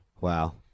Wow